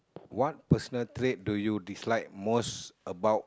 what personal trait do you dislike most about